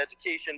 education